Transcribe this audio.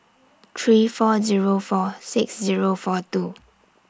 three four Zero four six Zero four two